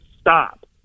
stop